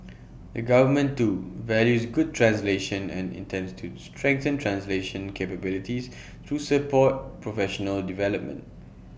the government too values good translation and intends to strengthen translation capabilities through support professional development